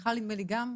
לך נדמה לי גם,